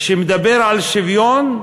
שמדבר על שוויון,